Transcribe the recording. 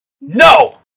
No